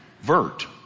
Vert